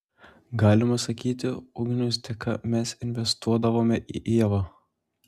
galima sakyti ugniaus dėka mes investuodavome į ievą